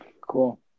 Cool